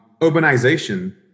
urbanization